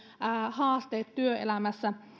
haasteet työelämässä